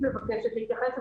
מבקשת להתייחס.